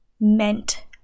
meant